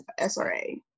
SRA